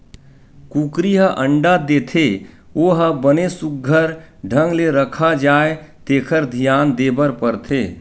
कुकरी ह अंडा देथे ओ ह बने सुग्घर ढंग ले रखा जाए तेखर धियान देबर परथे